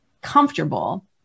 comfortable